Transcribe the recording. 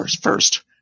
first